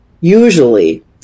usually